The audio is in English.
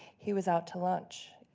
he was out to lunch.